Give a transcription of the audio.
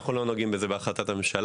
אנחנו לא נוגעים בזה בהחלטת הממשלה.